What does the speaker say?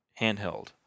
handheld